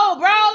bro